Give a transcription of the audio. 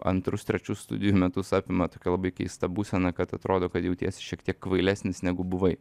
antrus trečius studijų metus apima tokia labai keista būsena kad atrodo kad jautiesi šiek tiek kvailesnis negu buvai